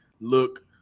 look